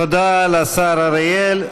תודה לשר אריאל.